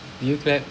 did you clap